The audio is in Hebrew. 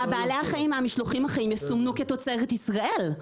ובעלי החיים מהמשלוחים החיים יסומנו כתוצאת ישראל,